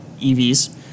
EVs